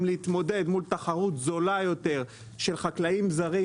להתמודד מול תחרות זולה יותר של חקלאים זרים,